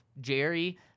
Jerry